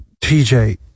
TJ